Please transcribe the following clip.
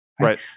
Right